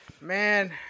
Man